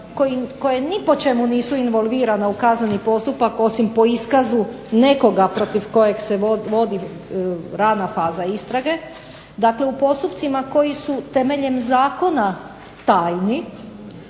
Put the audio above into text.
koje ni po čemu nisu involvirane u kazneni postupak osim po iskazu nekoga protiv kojeg se vodi rana faza istrage, dakle u postupcima koji su temeljem zakona tajni